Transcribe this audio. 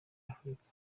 afurika